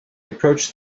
approached